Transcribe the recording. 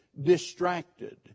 distracted